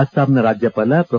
ಅಸ್ಲಾಂನ ರಾಜ್ಯಪಾಲ ಮ್ರೊ